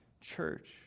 church